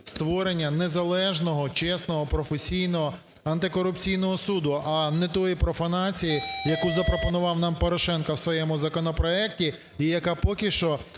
створення незалежного, чесного, професійного антикорупційного суду, а не тої профанації, яку запропонував нам Порошенко у своєму законопроекті, і яка, поки що,